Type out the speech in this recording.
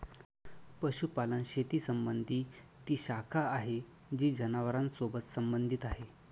पशुपालन शेती संबंधी ती शाखा आहे जी जनावरांसोबत संबंधित आहे